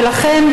ולכן,